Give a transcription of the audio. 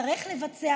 יצטרך לבצע,